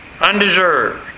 Undeserved